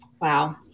Wow